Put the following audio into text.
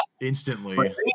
Instantly